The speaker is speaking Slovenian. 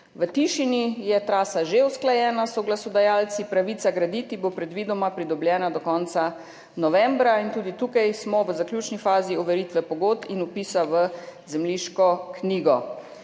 V Tišini je trasa že usklajena s soglasodajalci, pravica graditi bo predvidoma pridobljena do konca novembra in tudi tukaj smo v zaključni fazi overitve pogodb in vpisa v zemljiško knjigo.